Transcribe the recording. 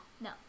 No